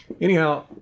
Anyhow